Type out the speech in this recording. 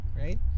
right